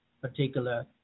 particular